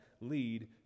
lead